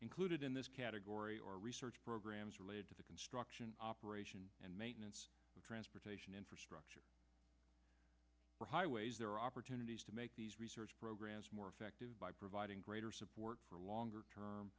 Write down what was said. included in this category or research programs related to the construction operation and maintenance of transportation infrastructure for highways there are opportunities to make these research programs more effective by providing greater support for longer term